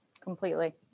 Completely